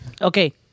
Okay